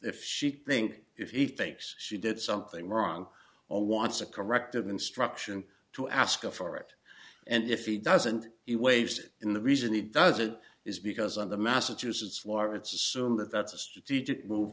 if she think if he thinks she did something wrong or wants a corrective instruction to ask for it and if he doesn't he waived in the reason he does it is because of the massachusetts law or it's assume that that's a